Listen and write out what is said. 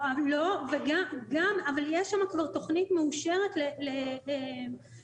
לא, אבל יש שם כבר תכנית מאושרת למלונאות.